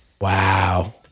Wow